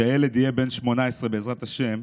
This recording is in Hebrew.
וכשהילד יהיה בן 13, בעזרת השם,